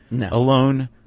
alone